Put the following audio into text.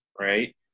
right